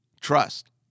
trust